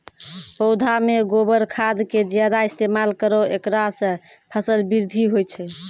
पौधा मे गोबर खाद के ज्यादा इस्तेमाल करौ ऐकरा से फसल बृद्धि होय छै?